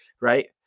right